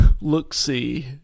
look-see